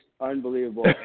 unbelievable